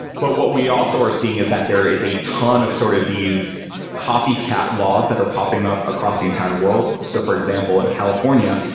but what we also are seeing is that there is a ton of sort of these copycat laws that are popping up across the entire world. so for example, in california,